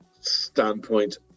standpoint